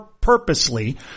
purposely